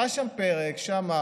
היה שם פרק שאמר